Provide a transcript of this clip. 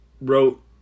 wrote